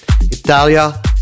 Italia